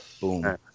Boom